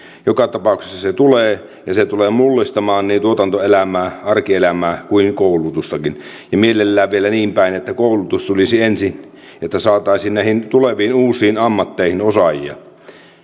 joka tapauksessa se tulee ja se tulee mullistamaan niin tuotantoelämää arkielämää kuin koulutustakin ja mielellään vielä niinpäin että koulutus tulisi ensin että saataisiin näihin tuleviin uusiin ammatteihin osaajia